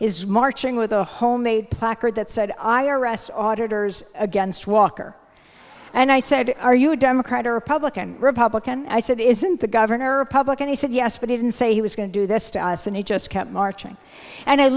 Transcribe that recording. is marching with a homemade placard that said i r s auditor's against walker and i said are you a democrat or republican republican i said isn't the governor republican he said yes but didn't say he was going to do this to us and he just kept marching and i